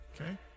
Okay